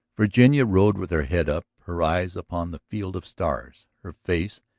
virginia rode with her head up, her eyes upon the field of stars. her face,